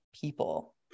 people